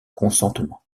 consentement